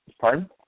Pardon